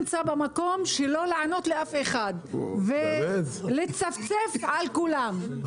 הוא נמצא במקום שלא לענות לאף אחד ולצפצף על כולם,